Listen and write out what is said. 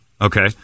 okay